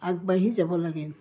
আগবাঢ়ি যাব লাগে